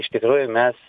iš tikrųjų mes